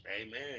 amen